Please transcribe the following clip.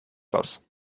das